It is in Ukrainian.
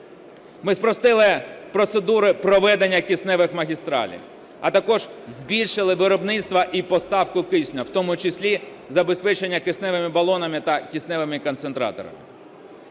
Ми спростили процедури проведення кисневих магістралей, а також збільшили виробництво і поставку кисню, в тому числі забезпечення кисневими балонами та кисневими концентраторами.